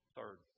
Third